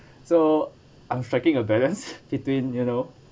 so I'm striking a balance between you know